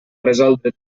resoldre